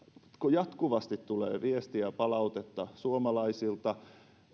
jatkuvasti tulee viestiä ja palautetta suomalaisilta